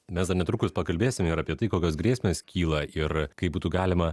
mes dar netrukus pakalbėsim ir apie tai kokios grėsmės kyla ir kaip būtų galima